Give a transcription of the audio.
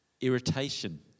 irritation